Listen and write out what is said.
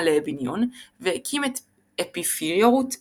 לאביניון והקים את אפיפיורות אביניון.